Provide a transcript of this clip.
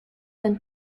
been